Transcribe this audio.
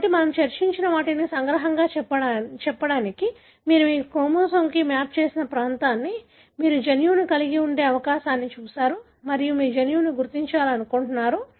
కాబట్టి మనము చర్చించిన వాటిని సంగ్రహంగా చెప్పడానికి మీరు మీ క్రోమోజోమ్కి మ్యాప్ చేసిన ప్రాంతాన్ని మీరు జన్యువును కలిగి ఉండే అవకాశాన్ని చూశారు మరియు మీరు జన్యువును గుర్తించాలనుకుంటున్నారు